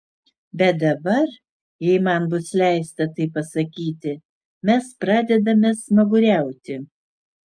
bet dabar jei man bus leista taip pasakyti mes pradedame smaguriauti